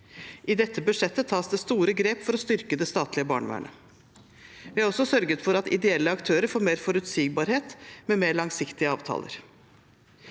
I dette budsjettet tas det store grep for å styrke det statlige barnevernet. Vi har også sørget for at ideelle aktører får mer forutsigbarhet, med mer langsiktige avtaler.